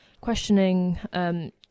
questioning